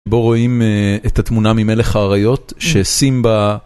בו רואים את התמונה ממלך האריות שסימבה.